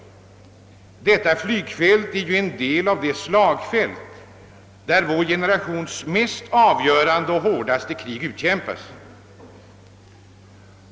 Detta flygfält är ju en del av det slagfält där vår generations mest avgörande och hårda krig utkämpas.